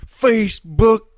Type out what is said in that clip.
Facebook